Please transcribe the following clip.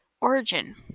Origin